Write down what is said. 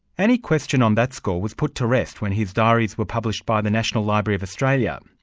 any question on that score was put to rest when his diaries were published by the national library of australia.